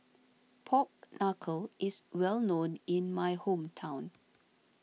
Pork Knuckle is well known in my hometown